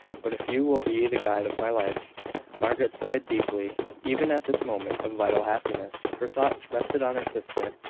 but if you will be the guide of my life margaret sighed deeply. even at this moment of vital happiness, her thoughts rested on her sister.